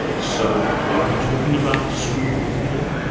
so, are we talking about a school here?